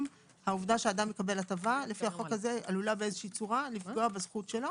העובדה שאדם מקבל הטבה לפי החוק הזה עלולה באיזושהי צורה לפגוע בזכותו.